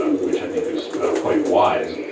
which i think was quite wise.